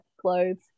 clothes